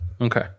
Okay